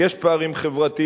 ויש פערים חברתיים,